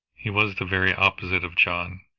he was the very opposite of john,